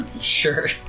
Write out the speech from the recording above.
Sure